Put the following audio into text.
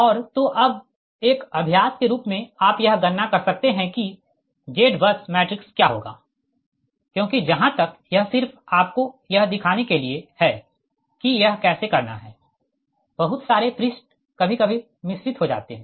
और तो अब एक अभ्यास के रूप में आप यह गणना कर सकते है कि Z बस मैट्रिक्स क्या होगा क्योंकि जहाँ तक यह सिर्फ आपको यह दिखाने के लिए है कि यह कैसे करना है बहुत सारे पृष्ठ कभी कभी मिश्रित हो जाते है